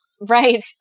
Right